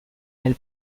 nel